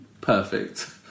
Perfect